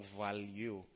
value